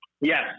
Yes